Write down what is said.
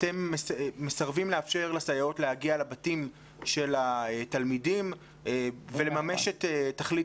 אתם מסרבים לאפשר לסייעות להגיע לבתים של התלמידים ולממש את תכלית